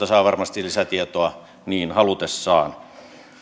saa varmasti lisätietoa niin halutessaan